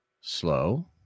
slow